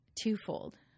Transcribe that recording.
twofold –